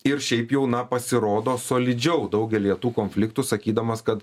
ir šiaip jau na pasirodo solidžiau daugelyje tų konfliktų sakydamas kad